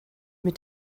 mit